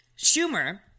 schumer